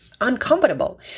uncomfortable